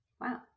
Wow